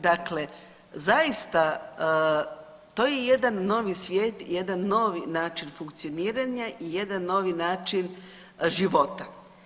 Dakle, zaista to je jedan novi svijet, jedan novi način funkcioniranja i jedan novi način života.